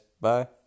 Bye